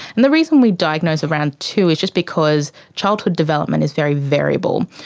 and the reason we diagnose around two is just because childhood development is very variable.